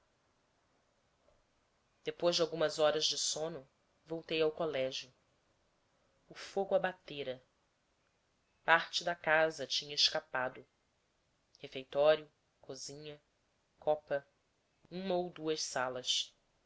depois de algumas horas de sono voltei ao colégio o fogo abatera parte da casa tinha escapado refeitório cozinha copa uma ou duas salas